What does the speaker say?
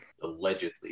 Allegedly